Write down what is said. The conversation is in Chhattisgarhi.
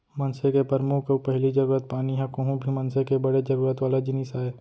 मनसे के परमुख अउ पहिली जरूरत पानी ह कोहूं भी मनसे के बड़े जरूरत वाला जिनिस आय